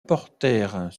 portèrent